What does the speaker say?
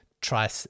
Try